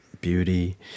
beauty